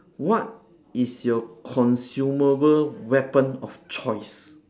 what is your consumable weapon of choice